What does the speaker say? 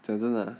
讲真的啊